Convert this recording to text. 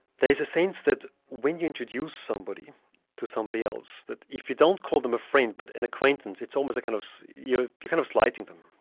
there is a sense that when you introduce somebody to somebody else, that if you don't call them a friend but an acquaintance, it's almost. kind of you're kind of slighting them.